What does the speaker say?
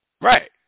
Right